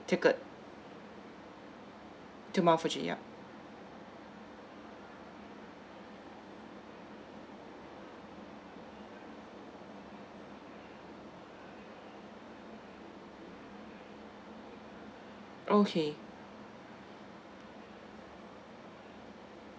ticket to mount fuji yup okay